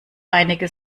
einige